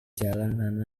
jalan